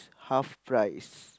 half price